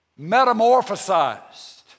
metamorphosized